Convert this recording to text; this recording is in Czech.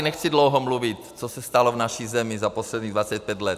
Nechci tu dlouho mluvit, co se stalo v naší zemi za posledních 25 let.